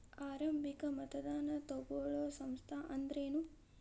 ಆರಂಭಿಕ್ ಮತದಾನಾ ತಗೋಳೋ ಸಂಸ್ಥಾ ಅಂದ್ರೇನು?